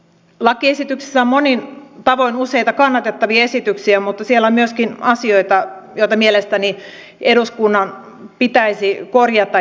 lakiesityksessä on monin tavoin useita kannatettavia esityksiä mutta siellä on myöskin asioita joita mielestäni eduskunnan pitäisi korjata